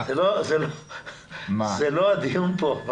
זה לא הדיון פה,